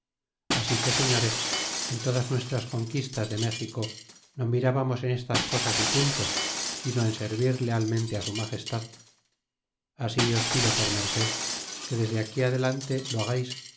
así que señores en todas nuestras conquistas de méxico no mirábamos en estas cosas é puntos sino en servir lealmente su magestad así os pido por merced que desde aquí adelante lo hagais